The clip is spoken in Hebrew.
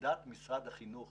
מגיע צל"ש